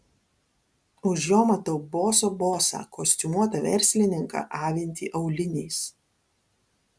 už jo matau boso bosą kostiumuotą verslininką avintį auliniais